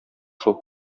шул